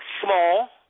small